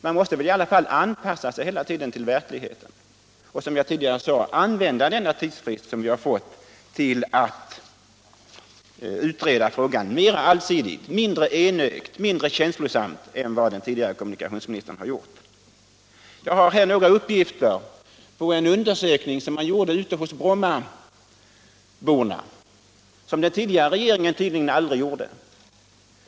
Man måste väl i alla fall hela tiden anpassa sig till verkligheten och, som jag sade tidigare, använda den tidsfrist som vi har fått till att utreda frågan mera allsidigt, mindre enögt och mindre känslosamt än vad den tidigare kommunikationsministern har gjort. Jag har här några uppgifter från en undersökning som man gjort ute hos Brommaborna, något som den tidigare regeringen aldrig gjorde.